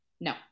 No